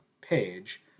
page